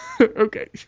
Okay